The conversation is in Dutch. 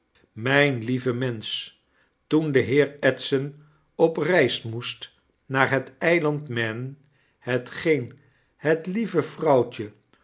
myn lieve mensch toen de heer edson op reis moest naar het eiland m a n hetgeen bet lieve vrouwtje